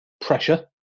pressure